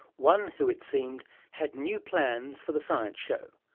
one who it seemed had new plans for the science show.